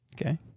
Okay